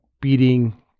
beating